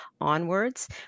onwards